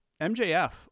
MJF